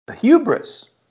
hubris